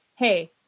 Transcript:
Hey